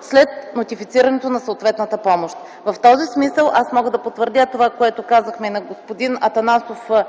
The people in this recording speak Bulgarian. след нотифицирането на съответната помощ. В този смисъл аз мога да потвърдя това, което казахме на господин Атанасов и